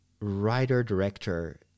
writer-director